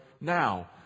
now